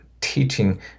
teaching